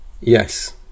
Yes